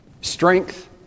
Strength